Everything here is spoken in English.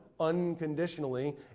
unconditionally